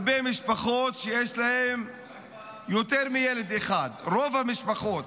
הרבה משפחות יש להן יותר מילד אחד, רוב המשפחות,